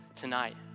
tonight